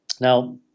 Now